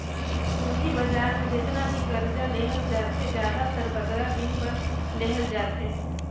पूंजी बजार में जेतना भी करजा लेहल जाथे, जादातर बगरा दिन बर लेहल जाथे